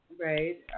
right